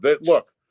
Look